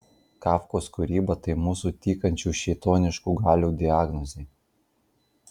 kafkos kūryba tai mūsų tykančių šėtoniškų galių diagnozė